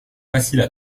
facile